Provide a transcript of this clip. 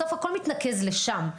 בסוף, הכל מתנקז לשם.